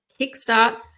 kickstart